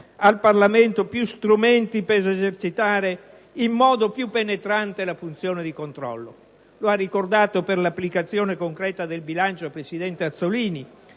al Parlamento più strumenti per esercitare in modo più penetrante la funzione di controllo. Lo ha ricordato per l'applicazione concreta al bilancio il presidente Azzollini: